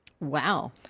Wow